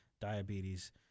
diabetes